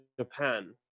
japan